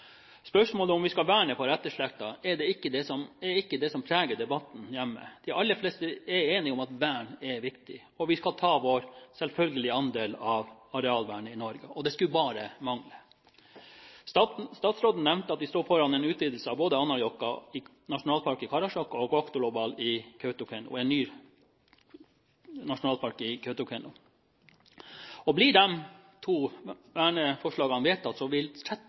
Spørsmålet om vi skal verne for etterslekten, er ikke det som preger debatten hjemme. De aller fleste er enige om at vern er viktig, og at vi skal ta vår selvfølgelige andel av arealvernet i Norge. Det skulle bare mangle. Statsråden nevnte at vi står foran en utvidelse av både Anárjohka nasjonalpark i Karasjok og en ny nasjonalpark i Kautokeino: Goahteluoppal. Blir disse verneforslagene vedtatt, vil